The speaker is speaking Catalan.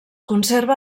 conserva